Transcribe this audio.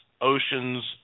oceans